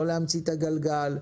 לא להמציא את הגלגל.